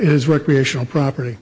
is recreational property